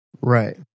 Right